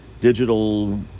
digital